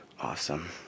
awesome